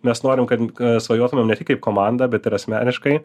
mes norim kad mes svajotumėm ne tik kaip komanda bet ir asmeniškai